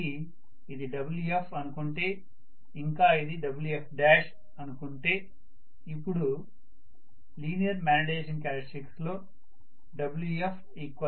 కాబట్టి ఇది Wf అనుకుంటే ఇంకా ఇది Wf1 అనుకుంటే అపుడు లీనియర్ మాగ్నెటిజషన్ క్యారెక్టర్స్టిక్స్ లో WfWf1 అవుతుంది